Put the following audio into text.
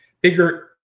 bigger